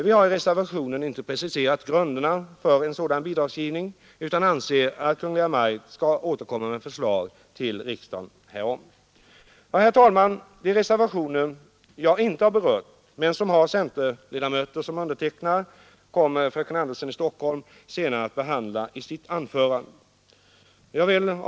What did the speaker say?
Vi har i reservationen inte preciserat grunderna för en sådan bidragsgivning utan anser att Kungl. Maj:t skall återkomma med förslag till riksdagen härom. Herr talman! De reservationer som jag inte berört men som har centerledamöter som undertecknare kommer fröken Andersson i Stockholm senare att behandla i sitt anförande.